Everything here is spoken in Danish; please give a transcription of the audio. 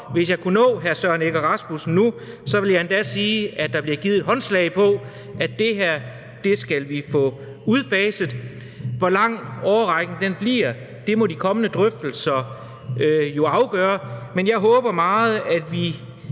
Hvis jeg kunne nå hr. Søren Egge Rasmussen nu, ville jeg endda sige, at der bliver givet håndslag på, at det her skal vi få udfaset, og over hvor lang en årrække det bliver, må de kommende drøftelser jo afgøre. Men jeg håber meget, at vi